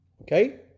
Okay